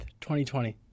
2020